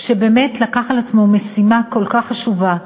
שבאמת לקח על עצמו משימה כל כך חשובה,